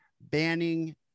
banning